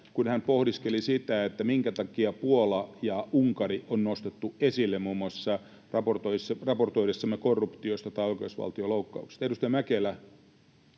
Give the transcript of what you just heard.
kun hän pohdiskeli sitä, minkä takia Puola ja Unkari on nostettu esille muun muassa raportoidessamme korruptiosta tai oikeusvaltioloukkauksista. Edustaja Mäkelä,